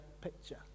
picture